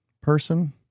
person